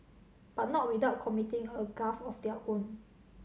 but not without committing a gaffe of their own